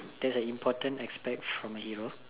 that's an important aspect from a hero